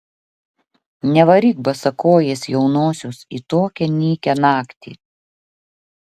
nevaryk basakojės jaunosios į tokią nykią naktį